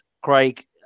Craig